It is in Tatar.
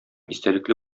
истәлекле